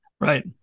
Right